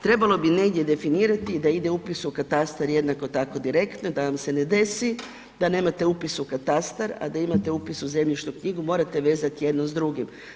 Trebalo bi negdje definirati da ide upis u katastar jednako tako direktno da vam se ne desi da nemate upis u katastar, a da imate upis u zemljišnu knjigu, morate vezati jedno s drugim.